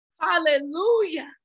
Hallelujah